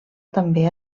també